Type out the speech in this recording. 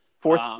fourth